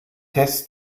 tess